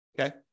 Okay